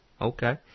Okay